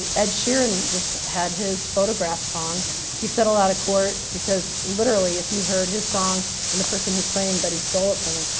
ed sheeran just had his photograph song he settled out of court because literally if you heard his song and the person who claimed that he stole it from them,